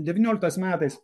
devynioliktais metais